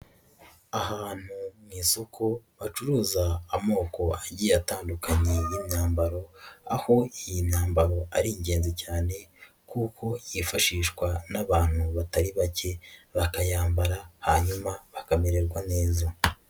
Ahantu mu isoko bacuruza amoko bagiye atandukanye y' imyambaro, aho iyi myambaro ari ingenzi cyane, kuko yifashishwa n'abantu batari bake, bakayambara hanyuma bakamererwa neza.